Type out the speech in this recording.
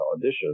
audition